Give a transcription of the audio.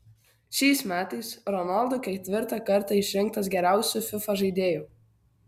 šiais metais ronaldo ketvirtą kartą išrinktas geriausiu fifa žaidėju